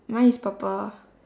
mine is purple